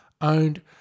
owned